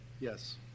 Yes